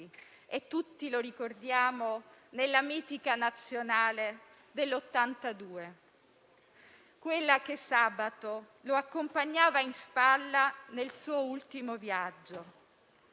e tutti lo ricordiamo nella mitica nazionale del 1982, quella che sabato lo accompagnava in spalla nel suo ultimo viaggio: